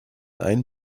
ein